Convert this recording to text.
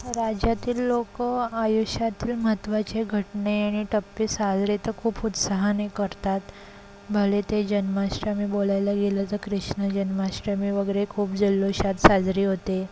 राज्यातील लोकं आयुष्यातील महत्वाचे घटना आणि टप्पे साजरे तर खूप उत्साहाने करतात भले ते जन्माष्टमी बोलायला गेलं तर कृष्ण जन्माष्टमी वगैरे खूप जल्लोषात साजरी होते